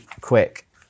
quick